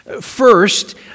First